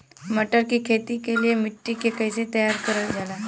मटर की खेती के लिए मिट्टी के कैसे तैयार करल जाला?